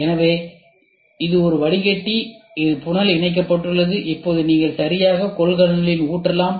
எனவே இது ஒரு வடிகட்டி இது புனல் இணைக்கப்பட்டுள்ளது இப்போது நீங்கள் சரியாக கொள்கலனில் ஊற்றலாம்